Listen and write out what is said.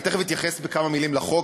תכף אתייחס בכמה מילים לחוק,